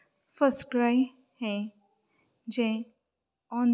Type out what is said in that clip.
उत्तर गोंय दक्षीण गोंय कोल्हापूर मिरज सांगली